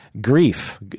Grief